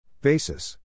Basis